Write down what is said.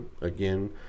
again